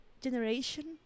generation